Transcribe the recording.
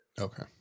Okay